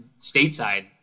stateside